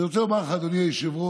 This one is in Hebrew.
אני רוצה לומר לך, אדוני היושב-ראש,